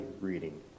reading